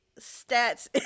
stats